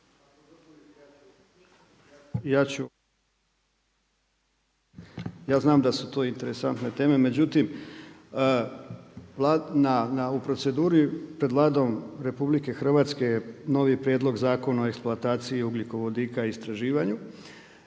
Ja znam da su to interesantne teme, međutim u proceduri pred Vladom RH je novi Prijedlog Zakona o eksploataciji ugljikovodika i istraživanju,